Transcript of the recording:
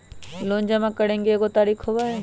Loan जमा करेंगे एगो तारीक होबहई?